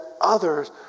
others